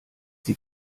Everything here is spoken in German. sie